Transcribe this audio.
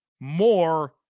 more